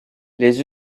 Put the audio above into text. les